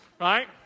right